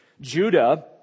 Judah